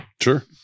Sure